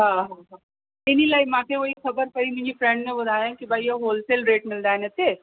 हा हा इन्हीअ लाइ मूंखे उहा ई ख़बर पई मुंहिंजी फ्रेंड ने ॿुधाई कि भई होलसेल रेट मिलंदा आहिनि हिते